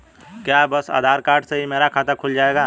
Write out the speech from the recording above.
क्या बस आधार कार्ड से ही मेरा खाता खुल जाएगा?